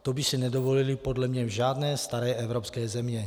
To by si nedovolili podle mě v žádné staré evropské zemi.